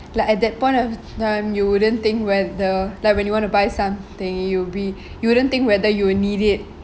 like at that point of time you wouldn't think whether like when you want to buy something you'll be you wouldn't think whether you need it